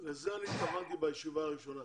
לזה התכוונתי בישיבה הקודמת.